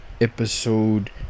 episode